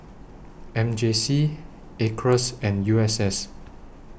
M J C Acres and U S S